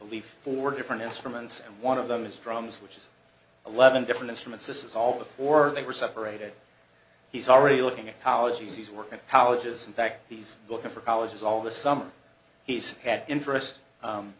belief for different instruments and one of them is drums which is eleven different instruments this is all before they were separated he's already looking at colleges he's working how does in fact he's looking for colleges all the summer he's had interest